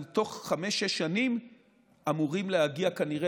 אנחנו בתוך חמש-שש שנים אמורים להגיע כנראה